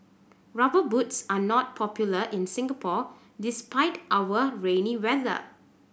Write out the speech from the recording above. Rubber Boots are not popular in Singapore despite our rainy weather